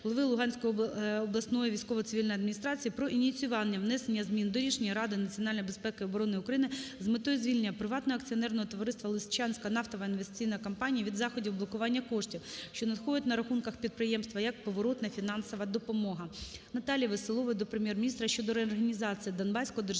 обласної військово-цивільної адміністрації про ініціювання внесення змін до Рішення Ради національної безпеки і оборони України з метою звільнення Приватного акціонерного товариства "Лисичанська нафтова інвестиційна компанія" від заходів блокування коштів, що надходять на рахунки підприємства як поворотна фінансова допомога.